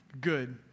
good